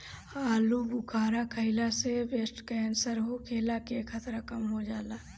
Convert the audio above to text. आलूबुखारा खइला से ब्रेस्ट केंसर होखला के खतरा कम हो जाला